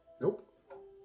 Nope